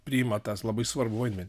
priima tą labai svarbų vaidmenį